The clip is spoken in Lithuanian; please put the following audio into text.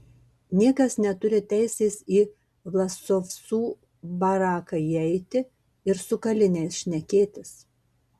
niekas neturi teisės į vlasovcų baraką įeiti ir su kaliniais šnekėtis